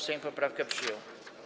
Sejm poprawkę przyjął.